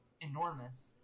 enormous